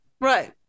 Right